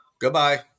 goodbye